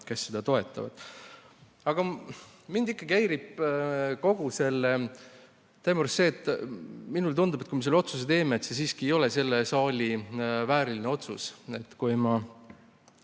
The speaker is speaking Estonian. kes seda toetavad. Aga mind ikkagi häirib kogu selle teema juures see, et minule tundub, et kui me selle otsuse teeme, siis see siiski ei ole selle saali vääriline otsus. Kui ma